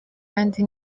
ayandi